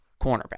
cornerback